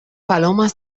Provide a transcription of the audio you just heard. palomas